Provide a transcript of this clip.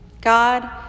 God